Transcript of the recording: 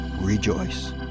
Rejoice